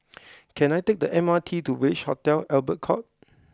can I take the M R T to Village Hotel Albert Court